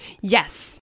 Yes